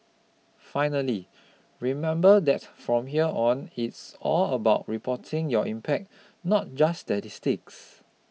finally remember that from here on it's all about reporting your impact not just statistics